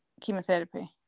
chemotherapy